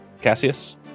Cassius